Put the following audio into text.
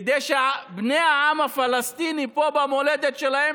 כדי שבני העם הפלסטיני פה במולדת שלהם,